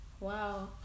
wow